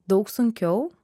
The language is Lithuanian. daug sunkiau